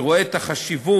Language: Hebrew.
שרואה את החשיבות